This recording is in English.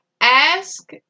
Ask